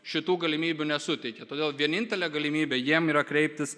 šitų galimybių nesuteikia todėl vienintelė galimybė jiem yra kreiptis